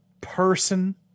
person